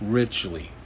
richly